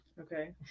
Okay